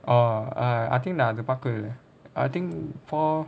oh I I think நான் அது பாக்கவே இல்ல:naan athu paakavae illa I think more